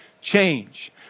change